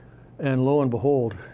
and lo and behold,